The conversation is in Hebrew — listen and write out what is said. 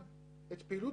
זה שילוב מאוד